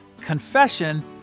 confession